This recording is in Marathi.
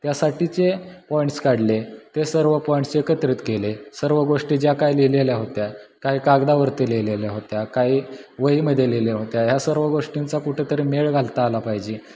यासाठी जे पॉईंट्स काढले ते सर्व पॉईंट्स एकत्रित केले सर्व गोष्टी ज्या काय लिहिलेल्या होत्या काय कागदावरती लिहिलेल्या होत्या काही वहीमध्ये लिहिल्या होत्या ह्या सर्व गोष्टींचा कुठंतरी मेळ घालता आला पाहिजे